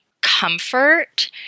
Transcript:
comfort